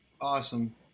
awesome